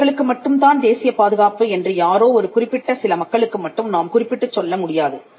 இவர்களுக்கு மட்டும் தான் தேசிய பாதுகாப்பு என்று யாரோ ஒரு குறிப்பிட்ட சில மக்களுக்கு மட்டும் நாம் குறிப்பிட்டுச் சொல்ல முடியாது